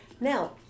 Now